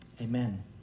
amen